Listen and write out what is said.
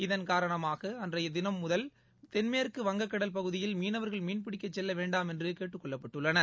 இதன் காரணமாக அன்றையதினம் முதல் தென்மேற்கு வங்கக்கடல் பகுதியில் மீனவர்கள் மீன்பிடிக்கச் செல்ல வேண்டாம் என்று கேட்டுக் கொள்ளப்பட்டுள்ளனர்